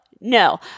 No